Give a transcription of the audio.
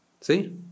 See